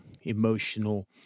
emotional